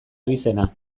abizena